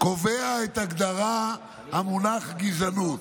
קובע את הגדרת המונח "גזענות",